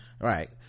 right